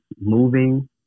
moving